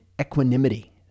equanimity